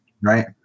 right